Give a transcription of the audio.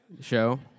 show